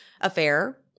affair